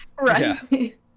Right